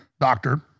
doctor